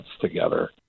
together